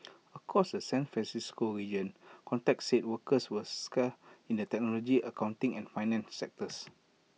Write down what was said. across the San Francisco region contacts said workers were scarce in the technology accounting and finance sectors